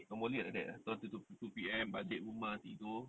normally like that ah ten to two P_M balik rumah tidur